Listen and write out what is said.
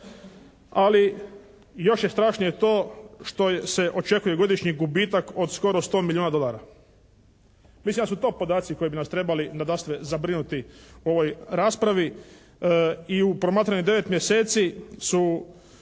ali još je strašnije to što se očekuje godišnji gubitak od skoro 100 milijuna dolara. Mislim da su to podaci koji bi nas trebali nadasve zabrinuti u ovoj raspravi i u promatranih 9 mjeseci su